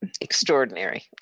Extraordinary